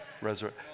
resurrect